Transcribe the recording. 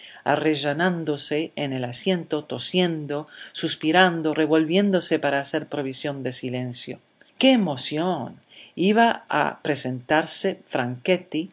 ruidosamente arrellanándose en el asiento tosiendo suspirando revolviéndose para hacer provisión de silencio qué emoción iba a presentarse